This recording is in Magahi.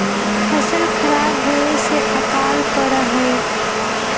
फसल खराब होवे से अकाल पडड़ा हई